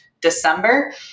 December